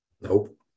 Nope